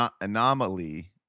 anomaly